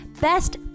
Best